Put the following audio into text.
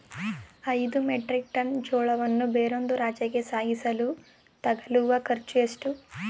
ಐದು metric tonne ಜೋಳವನ್ನು ಬೇರೊಂದು ರಾಜ್ಯಕ್ಕೆ ಸಾಗಿಸಲು ತಗಲುವ ಖರ್ಚು ಎಷ್ಟು?